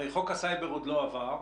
חוק הסייבר עוד לא עבר,